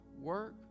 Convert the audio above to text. work